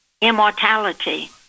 immortality